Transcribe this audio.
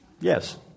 Yes